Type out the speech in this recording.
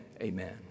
Amen